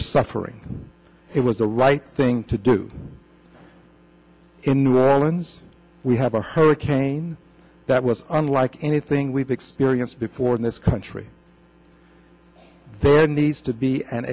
were suffering it was the right thing to do in new orleans we have a hurricane that was unlike anything we've experienced before in this country there needs to be an